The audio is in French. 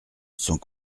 sans